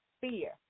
fear